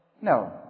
No